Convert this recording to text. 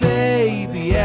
baby